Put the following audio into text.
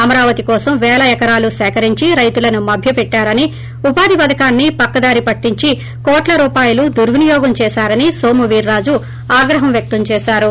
అమరావతి కోసం పేల ఎకరాలు సేకరించి రైతులను మభ్యపెట్టారని ఉపాధి పథకాన్ని పక్కదారి పట్టించి కోట్ల రూపాయలు దుర్వినియోగం చేసారని నోము వీర్రాజు ఆగ్రహం వ్యక్తం చేసారు